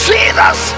Jesus